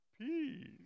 peace